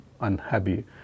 unhappy